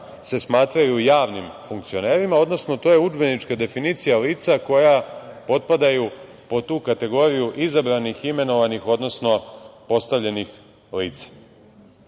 se smatraju javnim funkcionerima, odnosno to je udžbenička definicija lica koja potpadaju pod tu kategoriju izabranih, imenovanih, odnosno, postavljenih